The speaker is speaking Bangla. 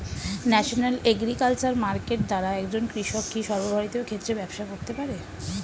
ন্যাশনাল এগ্রিকালচার মার্কেট দ্বারা একজন কৃষক কি সর্বভারতীয় ক্ষেত্রে ব্যবসা করতে পারে?